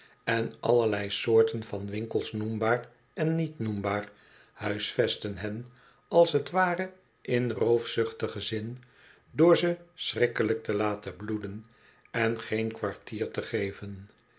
en allerlei soorten van winkels noembaar en niet noembaar huisvesten hen als t ware in roofzucbtigen zin door ze schrikkelijk te laten bloeden en geen kwartier te geven